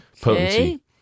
potency